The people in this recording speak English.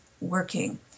working